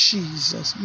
Jesus